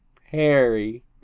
Harry